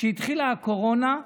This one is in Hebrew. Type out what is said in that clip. כשהתחילה הקורונה,